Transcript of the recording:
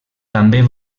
també